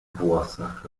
włosach